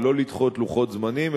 ולא לדחות לוחות זמנים,